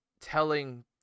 telling